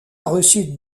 reçu